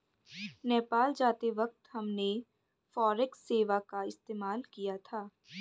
नेपाल जाते वक्त हमने फॉरेक्स सेवा का इस्तेमाल किया था